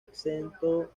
exento